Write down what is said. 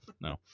No